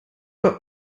bei